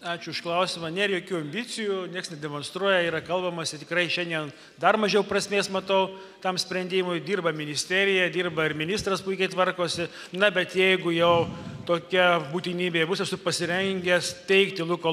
ačiū už klausimą nėr jokių ambicijų nieks nedemonstruoja yra kalbamasi tikrai šiandien dar mažiau prasmės matau tam sprendimui dirba ministerija dirba ir ministras puikiai tvarkosi na bet jeigu jau tokia būtinybė bus esu pasirengęs teikti luko